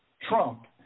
Trump